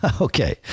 Okay